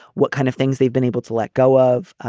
what kind of things they've been able to let go of.